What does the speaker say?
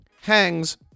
Hangs